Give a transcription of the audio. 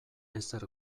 ezer